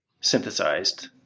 synthesized